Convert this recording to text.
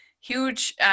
huge